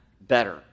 better